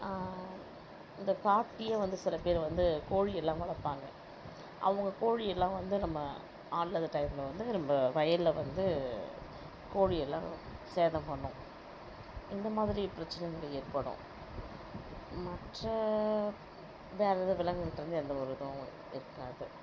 இந்த காட்டுலேயே வந்து சில பேர் வந்து கோழி எல்லாம் வளர்ப்பாங்க அவங்க கோழி எல்லாம் வந்து நம்ம ஆள் இல்லாத டையத்தில் வந்து நம்ம வயலில் வந்து கோழியெல்லாம் சேதம் பண்ணும் இந்த மாதிரி பிரச்சினைகள் ஏற்படும் மற்ற வேறு எதுவும் விலங்குகள்கிட்ட இருந்து எந்தவொரு இதுவும் இருக்காது